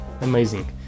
amazing